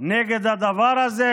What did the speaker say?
נגד הדבר הזה.